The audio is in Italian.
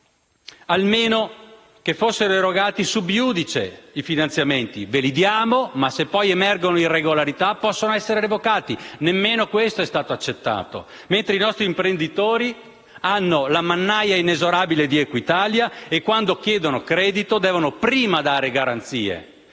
finanziamenti fossero erogati *sub iudice*, e cioè che venissero erogati ma, se poi emergevano irregolarità, potevano essere revocati. Nemmeno questo è stato accettato. Mentre i nostri imprenditori subiscono la mannaia inesorabile di Equitalia e quando chiedono credito devono prima dare garanzie,